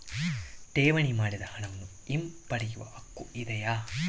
ಠೇವಣಿ ಮಾಡಿದ ಹಣವನ್ನು ಹಿಂಪಡೆಯವ ಹಕ್ಕು ಇದೆಯಾ?